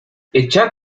echar